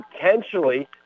potentially